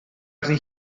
arni